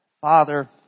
Father